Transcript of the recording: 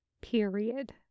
Period